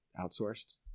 outsourced